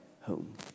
home